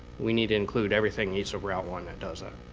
we need to include everything east of route one that does that.